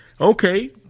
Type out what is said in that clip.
okay